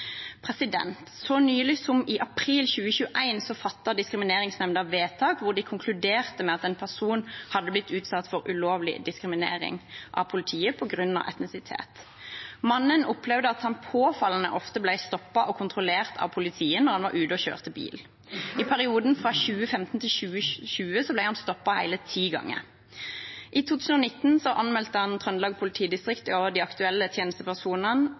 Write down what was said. Så nylig som i april 2021 fattet Diskrimineringsnemnda vedtak hvor de konkluderte med at en person hadde blitt utsatt for ulovlig diskriminering av politiet på grunn av etnisitet. Mannen opplevde at han påfallende ofte ble stoppet og kontrollert av politiet når han var ute og kjørte bil. I perioden fra 2015 til 2020 ble han stoppet hele ti ganger. I 2019 anmeldte han Trøndelag politidistrikt og de aktuelle tjenestepersonene